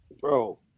Bro